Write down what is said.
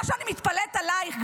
מה שאני מתפלאת עלייך,